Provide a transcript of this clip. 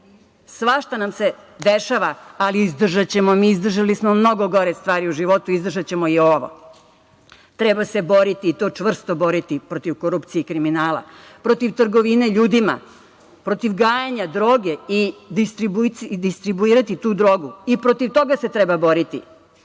Svašta nam se dešava, ali izdržaćemo mi. Izdržali smo mnogo gore stvari u životu, izdržaćemo i ovo. Treba se boriti i to čvrsto protiv korupcije i kriminala, protiv trgovine ljudima, protiv gajenja droge i distribuiranja te droge. I protiv toga se treba boriti.